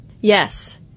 Yes